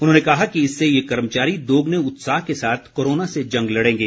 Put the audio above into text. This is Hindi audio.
उन्होंने कहा कि इससे ये कर्मचारी दोगुने उत्साह के साथ कोरोना से जंग लड़ेंगे